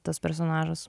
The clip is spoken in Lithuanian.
tas personažas